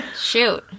Shoot